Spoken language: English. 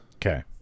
Okay